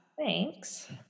thanks